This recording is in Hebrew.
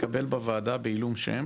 שהתקבל בוועדה בעילום שם